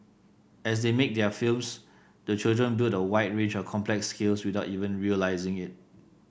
as they make their films the children build a wide range of complex skills without even realising it